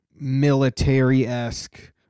military-esque